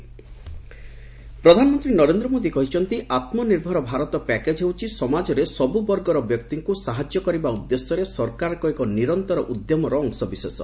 PM Atmanirbhar Bharat ପ୍ରଧାନମନ୍ତ୍ରୀ ନରେନ୍ଦ୍ର ମୋଦି କହିଛନ୍ତି Atmanirbhar Bharat package ହେଉଛି ସମାଜରେ ସବୁ ବର୍ଗର ବ୍ୟକ୍ତିଙ୍କୁ ସାହାଯ୍ୟ କରିବା ଉଦ୍ଦେଶ୍ୟରେ ସରକାରଙ୍କ ଏକ ନିରନ୍ତର ଉଦ୍ୟମର ଅଂଶବିଶେଷ